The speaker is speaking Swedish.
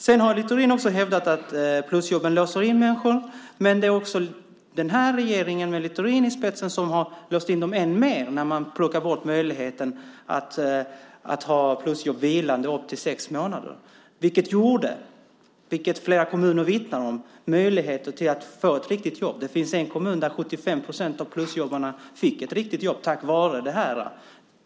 Littorin har också hävdat att plusjobben låser in människor, men den här regeringen, med Littorin i spetsen, har låst in dem ännu mer när man plockar bort möjligheten att ha plusjobb vilande upp till sex månader. Det gav, vilket flera kommuner vittnar om, möjligheter att få ett riktigt jobb. Det finns en kommun där 75 procent av plusjobbarna fick ett riktigt jobb tack vare detta.